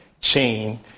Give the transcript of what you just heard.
chain